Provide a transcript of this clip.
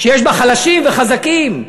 יש בה חלשים וחזקים,